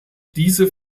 diese